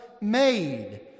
made